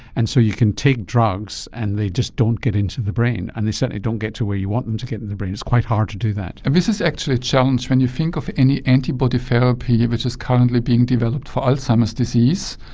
and so you can take drugs and they just don't get into the brain and they certainly don't get to where you want them to get in the brain, it's quite hard to do that. and this is actually a challenge, when you think of any antibody therapy which is currently being developed for alzheimer's disease,